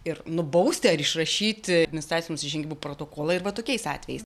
ir nubausti ar išrašyti administracinių nusižengimų protokolą ir va tokiais atvejais